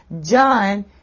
John